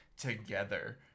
together